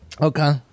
okay